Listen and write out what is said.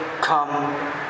come